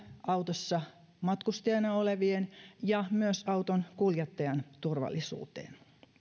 autossa matkustajana olevien ja myös auton kuljettajan turvallisuuteen